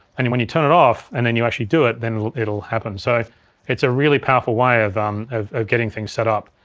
i mean when you turn it off and then you actually do it then it'll it'll happen. so it's a really powerful way of um of getting things set up.